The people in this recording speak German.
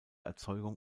erzeugung